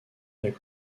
est